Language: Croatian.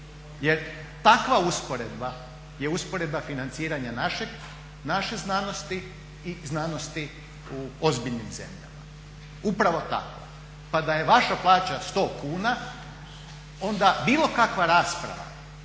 jer takva usporedba je usporedba financiranja naše znanosti i znanosti u ozbiljnim zemljama. upravo tako. Pa da je vaša plaća 100 kuna onda bilo kakva rasprava